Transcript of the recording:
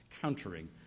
countering